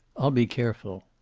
i'll be careful.